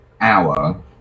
hour